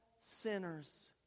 sinners